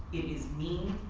it is mean.